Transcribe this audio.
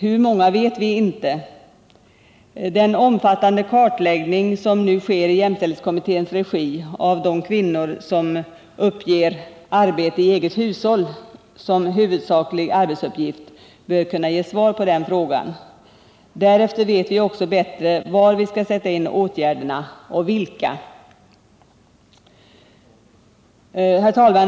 Hur många vet vi inte. Den omfattande kartläggning som nu sker i jämställdhetskommitténs regi av de kvinnor som uppger ”arbete i eget hushåll” som huvudsaklig arbetsuppgift bör kunna ge svar på den frågan. Därefter vet vi också bättre var vi skall sätta in åtgärderna — och vilka. Herr talman!